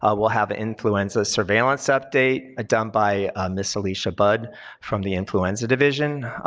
ah we'll have an influenza surveillance update ah done by ms. alicia budd from the influenza division.